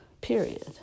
period